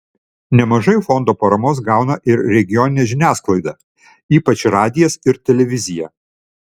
nemažai fondo paramos gauna ir regioninė žiniasklaida ypač radijas ir televizija